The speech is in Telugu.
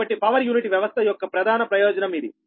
కాబట్టి పవర్ యూనిట్ వ్యవస్థ యొక్క ప్రధాన ప్రయోజనం ఇది